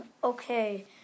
okay